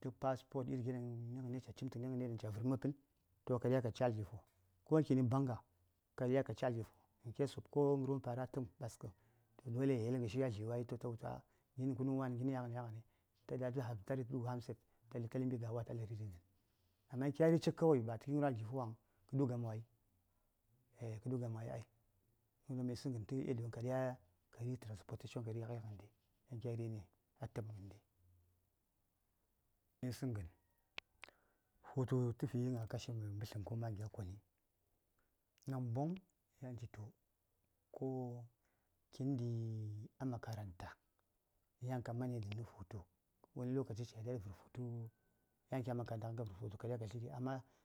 tə passport gəshin ca cim tuni gənde ɗan ca vərmi wopən ka diya ka cayi aljihu ko kinə banga ka diya ka cayi aljihu in case of ko ghərwon fara a datəpm ɓaskə to dole ya yel ghəshi a dlyi wai ta wultu ah ah gin nə kun mən wani gin yan ghəni yan ghəni ta diya ta haska tə ɗu handset ta mbi gawa wa ta ləri ɗi dən amma kya ri: cik kawai ba ta ghən a aljihu waŋ kə ɗu gamai eah kə ɗu gamawai ai yadiyodaŋ mə yisəŋ ghən daŋ ka ri: tə transpotation daŋ ka rin ghai ghəndi kya rini a təpm ghəndi, mə yisəŋ ghən hutu təfi gna kashi mbətləm ka mayi. daŋ giɗaŋ kya koni, namboŋ yan citu ko kindi a makaranta yan ka mani dən nə hutu wani lokaci ca ləŋ vər hutu yan kya makaranta ka vər hutu ka diya ka tli ɗi amma